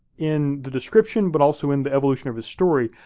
in the description, but also in the evolution of his story,